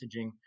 messaging